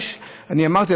אני אמרתי,